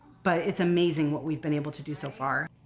but it's amazing what we've been able to do so far.